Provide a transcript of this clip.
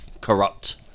corrupt